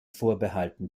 vorbehalten